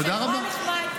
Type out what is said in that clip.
תודה רבה.